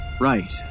Right